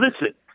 listen